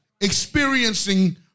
experiencing